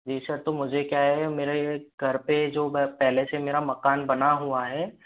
जी sir तो मुझे क्या है मेरे घर पे जो पहले से मेरा मकान बना हुआ है